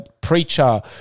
preacher